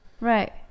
Right